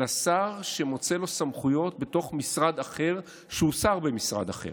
אלא שר שמוצא לו סמכויות בתוך משרד אחר שהוא שר במשרד אחר.